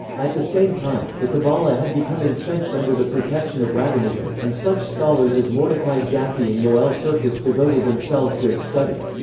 at the same time, the kabbalah had become entrenched under the protection of rabbinism and such scholars as mordecai jaffe and yoel sirkis devoted themselves to its study.